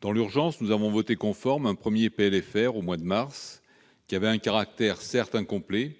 Dans l'urgence, nous avons adopté conforme, au mois de mars, un premier PLFR, qui avait un caractère certes incomplet,